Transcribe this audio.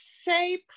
say